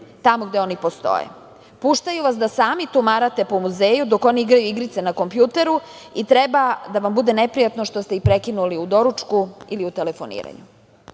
tamo gde oni postoje, puštaju vas da sami tumarate po muzeju dok on igra igrice na kompjuteru i treba da vam bude neprijatno što ste ih prekinuli u doručku ili u telefoniranju. Obeležja